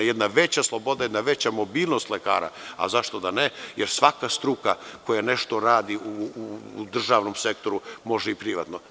Jedna veća sloboda, jedna veća mobilnost lekara, a zašto da ne, jer svaka struka koja nešto radi u državnom sektoru može i privatno.